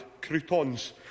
croutons